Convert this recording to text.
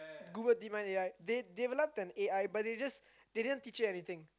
Google DeepMind A_I they developed an A_I but they just they didn't teach you anything